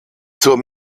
zur